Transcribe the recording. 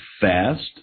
fast